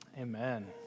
Amen